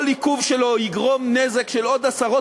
כל עיכוב שלו יגרום נזק של עוד עשרות